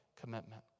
commitment